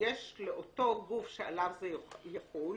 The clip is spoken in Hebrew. שיש לאותו גוף שעליו זה יחול,